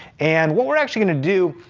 and what we're actually gonna do,